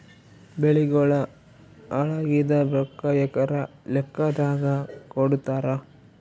ಬೆಳಿಗೋಳ ಹಾಳಾಗಿದ ರೊಕ್ಕಾ ಎಕರ ಲೆಕ್ಕಾದಾಗ ಕೊಡುತ್ತಾರ?